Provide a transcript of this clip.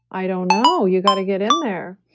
i don't know, you got to get in there.